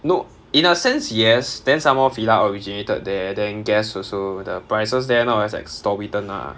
no in a sense yes then some more FILA originated there then Guess also the prices there not as exorbitant ah